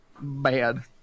Bad